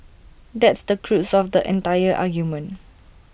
that's the crux of the entire argument